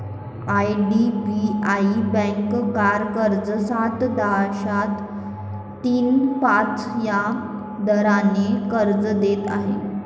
IDBI bank car कर्ज सात दशांश तीन पाच या दराने कर्ज देत आहे